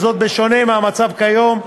בשונה מהמצב כיום,